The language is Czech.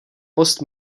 post